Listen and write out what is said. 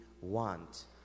want